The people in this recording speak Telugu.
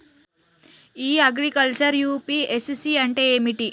ఇ అగ్రికల్చర్ యూ.పి.ఎస్.సి అంటే ఏమిటి?